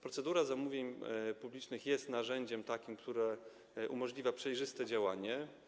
Procedura zamówień publicznych jest narzędziem takim, które umożliwia przejrzyste działanie.